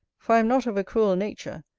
for i am not of a cruel nature,